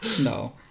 No